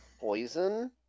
poison